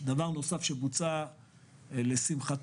דבר נוסף שבוצע לשמחתי,